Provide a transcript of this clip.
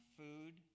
food